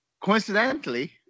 Coincidentally